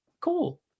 cool